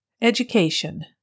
Education